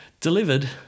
delivered